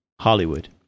Hollywood